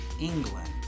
England